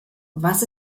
was